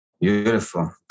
Beautiful